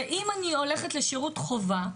ואם אני הולכת לשירות חובה,